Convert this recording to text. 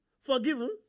forgiven